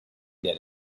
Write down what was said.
that